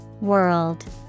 World